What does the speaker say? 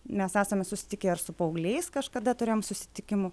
mes esame susitikę ir su paaugliais kažkada turėjom susitikimų